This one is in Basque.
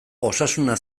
osasuna